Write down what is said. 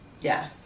yes